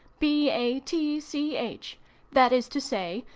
b. a. t. c. h that is to say,